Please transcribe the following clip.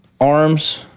arms